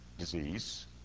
Disease